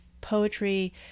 poetry